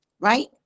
right